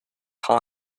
heart